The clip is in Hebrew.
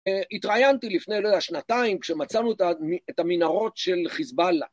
התראיינתי לפני, לא יודע, שנתיים, כשמצאנו את המנהרות של חיזבאללה.